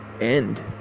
end